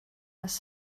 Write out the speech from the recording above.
has